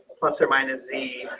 plus or minus